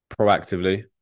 proactively